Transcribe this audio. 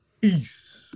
peace